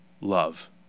love